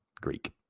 Greek